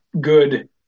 good